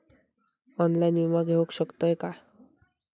Online विमा घेऊ शकतय का?